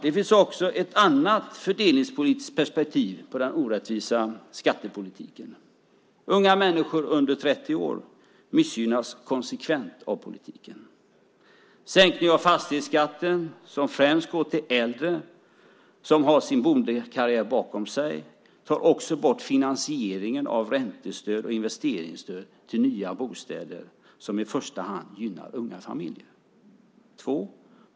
Det finns också ett annat fördelningspolitiskt perspektiv på den orättvisa skattepolitiken. Unga människor under 30 år missgynnas konsekvent av politiken. Sänkningen av fastighetsskatten gynnar främst äldre, som har sin boendekarriär bakom sig. Man tar också bort finansieringen av räntestöd och investeringsstöd till nya bostäder, vilka i första hand gynnar unga familjer.